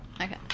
Okay